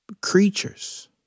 creatures